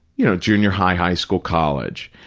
you know, junior high, high school, college.